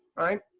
right?